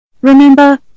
Remember